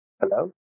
Hello